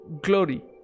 glory